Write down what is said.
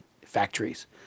factories